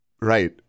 Right